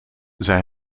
zij